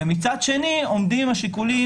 ומצד שני עומדים שיקולי